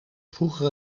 vroeger